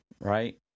right